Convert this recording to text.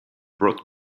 brought